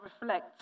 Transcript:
reflect